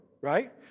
right